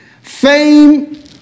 fame